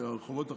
החובות החיצוניים,